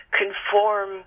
conform